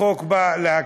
החוק בא להקל.